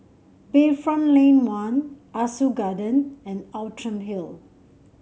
Bayfront Lane One Ah Soo Garden and Outram Hill